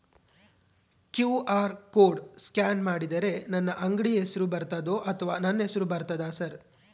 QR code scan ಮಾಡಿದರೆ ನನ್ನ ಅಂಗಡಿ ಹೆಸರು ಬರ್ತದೋ ಅಥವಾ ನನ್ನ ಹೆಸರು ಬರ್ತದ ಸರ್?